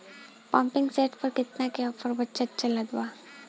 Pumping set पर केतना के ऑफर चलत बा?